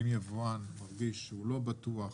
אם יבואן מרגיש שהוא לא בטוח,